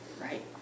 right